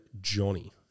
Johnny